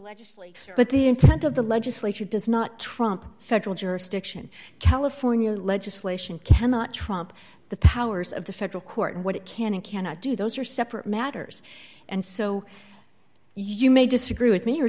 legislature but the intent of the legislature does not trump federal jurisdiction california legislation cannot trump the powers of the federal court and what it can and cannot do those are separate matters and so you may disagree with me or